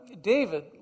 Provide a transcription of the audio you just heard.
David